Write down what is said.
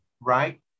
Right